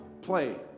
play